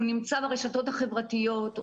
הוא נמצא ברשתות החברתיות,